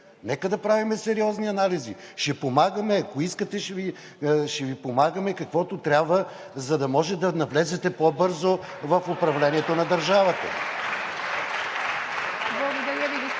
Нека да правим сериозни анализи! Ще помагаме, ако искате. Ще Ви помагам с каквото трябва, за да може да навлезете по-бързо в управлението на държавата.